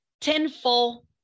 tenfold